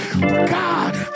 god